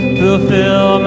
fulfill